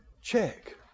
check